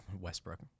Westbrook